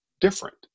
different